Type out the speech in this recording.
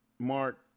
Mark